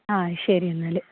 ആ ശരി എന്നാൽ